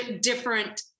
Different